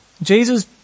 Jesus